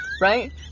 right